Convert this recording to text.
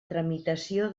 tramitació